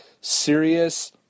serious